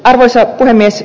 arvoisa puhemies